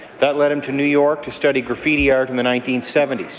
that led him to new york to study graffiti art in the nineteen seventy s.